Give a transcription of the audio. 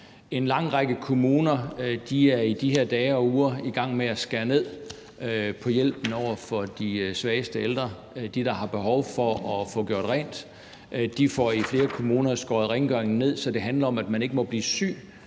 En lang række kommuner er i de her dage og uger i gang med at skære ned på hjælpen til de svageste ældre. De, der har behov for at få gjort rent, får i flere kommuner skåret ned på rengøringen, så det handler om, at man ikke må blive syg